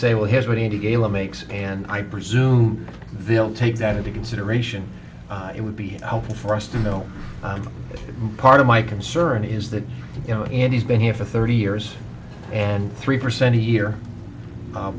say well here's what any gala makes and i presume they'll take that into consideration it would be helpful for us to know that part of my concern is that you know and he's been here for thirty years and three percent a year